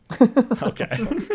Okay